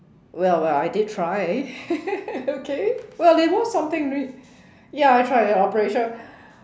well well I did try okay well you want something new ya I tried an operation